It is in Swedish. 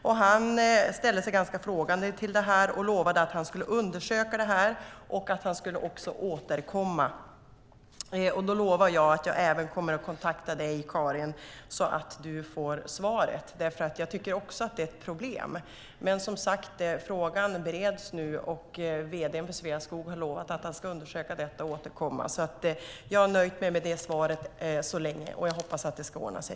Denne ställde sig frågande till det och lovade att han skulle undersöka det och återkomma. Då lovar jag att jag även kommer att kontakta dig, Karin, så att du får svaret. Jag tycker också att det är ett problem. Som sagt bereds frågan, och vd:n för Sveaskog har lovat undersöka saken och återkomma. Jag har nöjt mig med det svaret så länge och hoppas att det ska ordna sig.